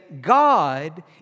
God